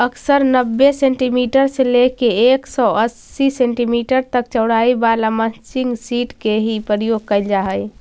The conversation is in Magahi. अक्सर नब्बे सेंटीमीटर से लेके एक सौ अस्सी सेंटीमीटर तक चौड़ाई वाला मल्चिंग सीट के ही प्रयोग कैल जा हई